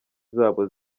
zabo